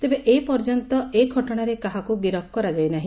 ତେବେ ଏ ପର୍ଯ୍ୟନ୍ତ ଏ ଘଟଣାରେ କାହାକୁ ଗିରଫ କରାଯାଇନାହି